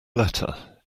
letter